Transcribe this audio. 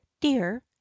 Dear